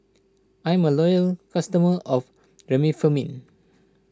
I'm a loyal customer of Remifemin